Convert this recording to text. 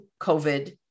COVID